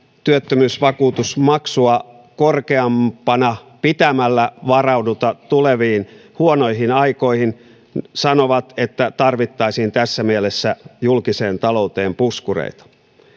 työttömyysvakuutusmaksua korkeampana pitämällä varauduta tuleviin huonoihin aikoihin sanovat että tarvittaisiin tässä mielessä julkiseen talouteen puskureita